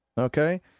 Okay